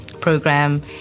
program